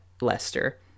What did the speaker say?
Lester